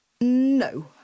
No